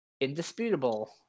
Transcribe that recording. indisputable